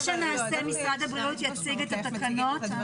משרד הבריאות יציג את התקנות.